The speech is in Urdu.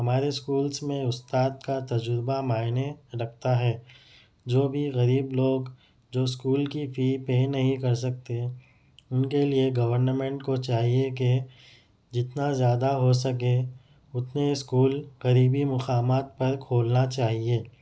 ہمارے اسکولس میں استاد کا تجربہ معانی رکھتا ہے جو بھی غریب لوگ جو اسکول کی فی پے نہیں کر سکتے ان کے لئے گورنمینٹ کو چاہیے کہ جتنا زیادہ ہو سکے اتنے اسکول قریبی مقامات پر کھولنا چاہیے